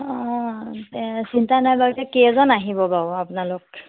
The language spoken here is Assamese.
অঁ চিন্তা নাই বাৰু কেইজন আহিব বাৰু আপোনালোক